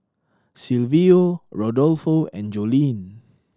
Silvio Rodolfo and Joline